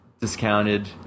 discounted